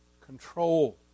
control